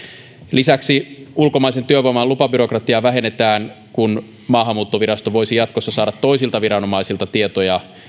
lisäksi ulkomaisen työvoiman lupabyrokratiaa vähennetään kun maahanmuuttovirasto voisi jatkossa saada toisilta viranomaisilta tietoja